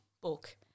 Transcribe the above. book